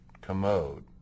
commode